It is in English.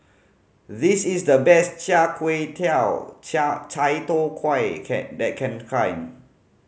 this is the best char kuih tiao char Chai Tow Kuay can that can